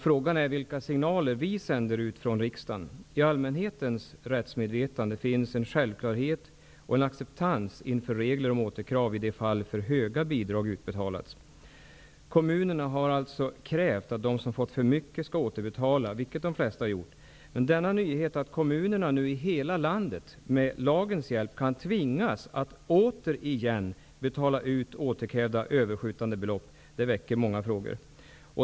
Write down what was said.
Frågan är vilka signaler vi sänder ut från riksdagen. I allmänhetens rättsmedvetande finns en självklarhet och en acceptans inför regler om återkrav i de fall för höga bidrag utbetalats. Kommunerna har alltså krävt att de som fått för mycket skall återbetala, vilket de flesta gjort. Men nyheten att kommunerna i hela landet med lagens hjälp kan tvingas att återigen betala ut återkrävda överskjutande belopp, väcker många frågor.